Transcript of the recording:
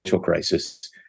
crisis